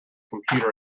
computer